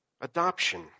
Adoption